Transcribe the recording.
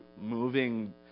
moving